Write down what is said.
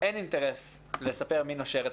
אין אינטרס לספר מי נושר אצלם,